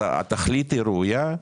אז התכלית היא ראויה,